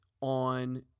on